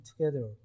together